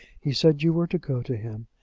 he said you were to go to him.